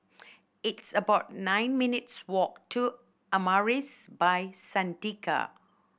it's about nine minutes' walk to Amaris By Santika